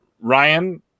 Ryan